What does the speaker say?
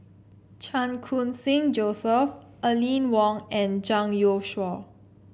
Chan Khun Sing Joseph Aline Wong and Zhang Youshuo